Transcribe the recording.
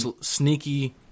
sneaky